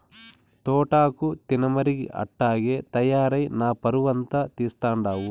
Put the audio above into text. తోటాకు తినమరిగి అట్టాగే తయారై నా పరువంతా తీస్తండావు